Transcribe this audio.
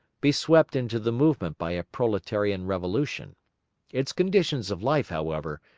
be swept into the movement by a proletarian revolution its conditions of life, however,